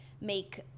make